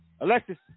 Alexis